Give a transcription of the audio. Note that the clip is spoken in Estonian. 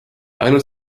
ainult